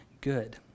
good